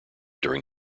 during